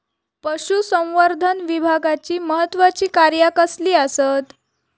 पशुसंवर्धन विभागाची महत्त्वाची कार्या कसली आसत?